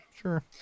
Sure